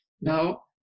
Now